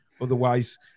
Otherwise